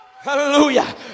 Hallelujah